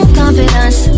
confidence